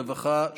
רווחה,